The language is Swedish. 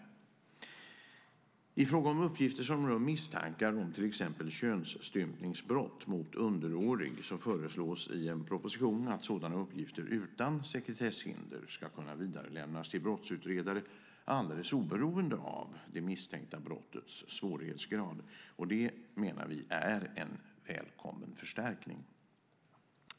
I fråga om uppgifter som rör misstankar om exempelvis könsstympningsbrott mot underårig föreslås i en proposition att sådana uppgifter utan sekretesshinder ska kunna vidarelämnas till brottsutredare alldeles oberoende av det misstänkta brottets svårighetsgrad. Det menar vi är en välkommen förstärkning.